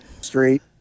Street